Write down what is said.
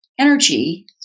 energy